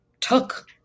took